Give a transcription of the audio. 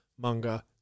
manga